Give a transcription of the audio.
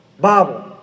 Bible